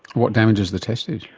what damages the testes?